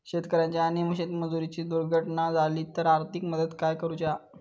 शेतकऱ्याची आणि शेतमजुराची दुर्घटना झाली तर आर्थिक मदत काय करूची हा?